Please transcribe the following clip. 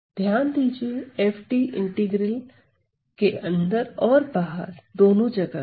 ध्यान दीजिए f integral के अंदर और बाहर दोनों जगह है